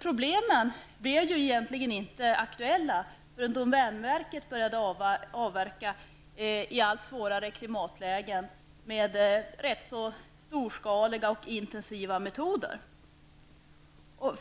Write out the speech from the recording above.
Problemen blev egentligen inte aktuella förrän domänverket började avverka i områden med svårare klimat med rätt så storskaliga och intensiva metoder.